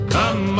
Come